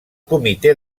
comitè